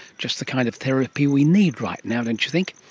just the kind of therapy we need right now, don't you think?